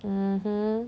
mmhmm